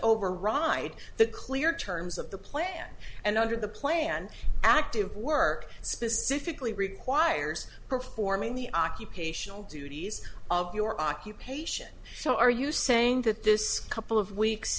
override the clear terms of the plan and under the plan active work specifically requires performing the occupational duties of your occupation so are you saying that this couple of weeks